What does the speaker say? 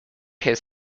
his